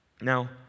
Now